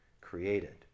created